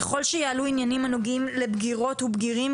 ככל שיעלו עניינים הנוגעים לבגירות ולבגירים,